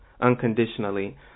unconditionally